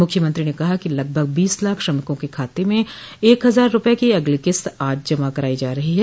मुख्यमंत्री ने कहा कि लगभग बीस लाख श्रमिकों के खाते में एक हजार रूपये की अगली किस्त आज जमा कराई जा रही है